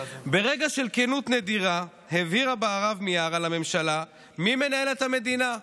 ברגע של כנות נדירה הבהירה בהרב מיארה לממשלה מי מנהל את המדינה.